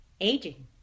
aging